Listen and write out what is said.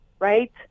right